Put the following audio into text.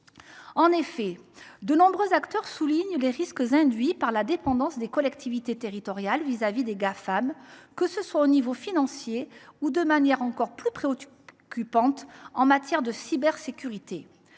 En effet, nombre d’acteurs soulignent les risques induits par la dépendance des collectivités territoriales vis à vis des Gafam, que ce soit en matière financière ou, de façon plus préoccupante encore, en matière de cybersécurité.